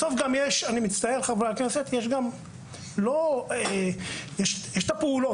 אני מצטער חברי הכנסת, בסוף יש את הפעולות.